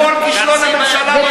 את מודה פה בכל כישלון הממשלה בנאום שלך.